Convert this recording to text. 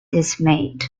dismayed